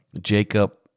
Jacob